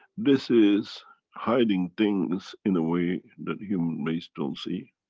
this is hiding things in a way that human race don't see.